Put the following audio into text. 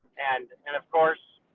and, and, of course,